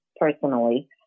personally